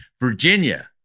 Virginia